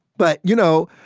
but, you know,